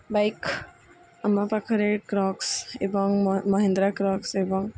bike ଆମ ପାଖରେ କ୍ରକ୍ସ୍ ଏବଂ ମହିନ୍ଦ୍ରା କ୍ରକ୍ସ୍ ଏବଂ